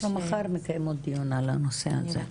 אנחנו מחר מקיימות דיון על הנושא הזה.